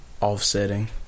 Offsetting